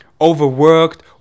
overworked